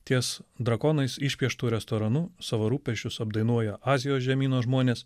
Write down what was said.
ties drakonais išpieštu restoranu savo rūpesčius apdainuoja azijos žemyno žmonės